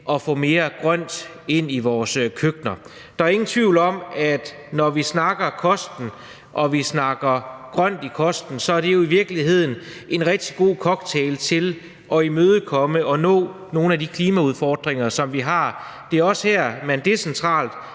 at få mere grønt ind i vores køkkener. Der er ingen tvivl om, at når vi snakker om kost og grønt i kosten, er det jo i virkeligheden en rigtig god cocktail i forhold til at imødekomme og nå nogle af de klimaudfordringer, som vi har. Det er også her, man decentralt,